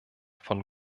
von